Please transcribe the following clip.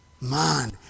Man